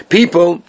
People